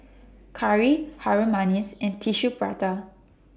Curry Harum Manis and Tissue Prata